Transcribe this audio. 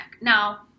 Now